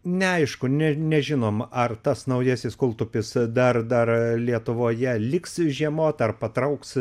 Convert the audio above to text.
neaišku nes nežinoma ar tas naujasis kultupis dar dar lietuvoje liks žiemoti ar patrauks